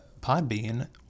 podbean